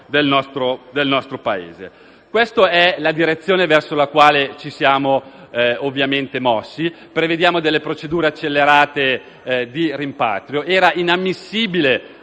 del nostro Stato. Questa è la direzione verso la quale ci siamo mossi. Prevediamo inoltre delle procedure accelerate di rimpatrio. Era inammissibile,